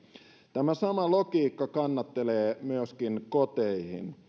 tämä sama logiikka kannattelee myöskin koteihin